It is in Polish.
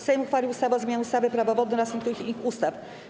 Sejm uchwalił ustawę o zmianie ustawy - Prawo wodne oraz niektórych innych ustaw.